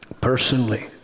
personally